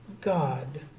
God